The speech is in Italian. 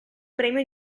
premio